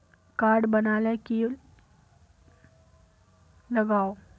Card बना ले की लगाव?